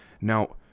Now